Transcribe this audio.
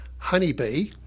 Honeybee